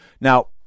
Now